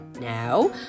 Now